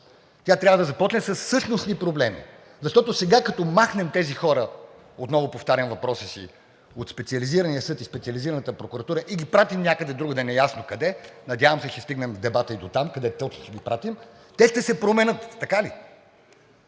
Тя трябва да започне със същностни проблеми, защото сега, като махнем тези хора – отново повтарям въпроса си, от Специализирания съд и от Специализираната прокуратура и ги пратим някъде другаде, неясно къде, надявам се, че ще стигне дебатът и дотам къде точно ще ги пратим, те ще се променят. Така ли